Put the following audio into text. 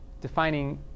defining